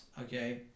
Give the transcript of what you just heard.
okay